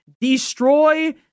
destroy